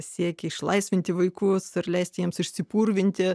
siekia išlaisvinti vaikus ir leisti jiems išsipurvinti